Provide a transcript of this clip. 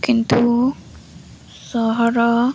କିନ୍ତୁ ସହର